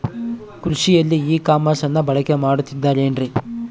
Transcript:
ಕೃಷಿಯಲ್ಲಿ ಇ ಕಾಮರ್ಸನ್ನ ಬಳಕೆ ಮಾಡುತ್ತಿದ್ದಾರೆ ಏನ್ರಿ?